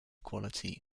quality